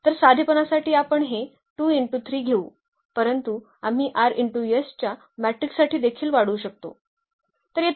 तर साधेपणासाठी आपण हे घेऊ परंतु आम्ही च्या मॅट्रिकसाठी देखील वाढवू शकतो